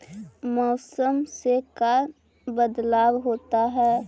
मौसम से का बदलाव होता है?